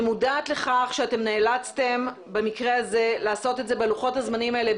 אני מודעת לכך שנאלצתם במקרה הזה לעשות את זה בלוחות הזמנים האלה,